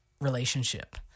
relationship